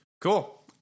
Cool